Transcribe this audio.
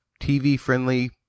TV-friendly